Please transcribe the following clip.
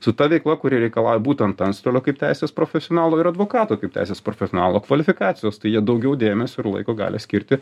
su ta veikla kuri reikalauja būtent antstolio kaip teisės profesionalo ir advokato kaip teisės profesionalo kvalifikacijos tai jie daugiau dėmesio ir laiko gali skirti